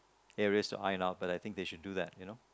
areas to eye out but I think they should do that you know